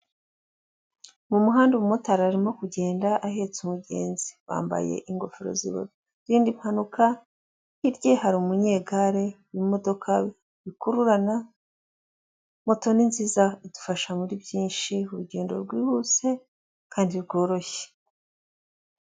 Mu muhanda umumotari arimo kugenda ahetse umugenzi, bambaye ingofero zibarinda impanuka, hirya ye hari umunyegare n'imodoka bikururana, moto ni nziza idufasha muri byinshi urugendo rwihuse kandi rworoshye.